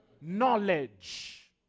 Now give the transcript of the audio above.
Knowledge